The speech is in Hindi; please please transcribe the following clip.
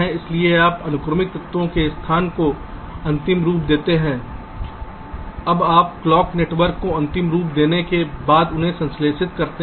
इसलिए आप अनुक्रमिक तत्वों के स्थानों को अंतिम रूप देते हैं अब आप क्लॉक नेटवर्क को अंतिम रूप देने के बाद उन्हें संश्लेषित करते हैं